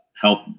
help